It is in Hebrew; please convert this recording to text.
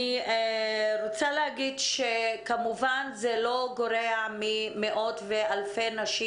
אני רוצה להגיד שזה כמובן לא גורע ממאות ואלפי נשים